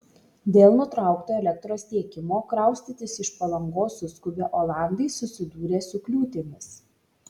dėl nutraukto elektros tiekimo kraustytis iš palangos suskubę olandai susidūrė su kliūtimis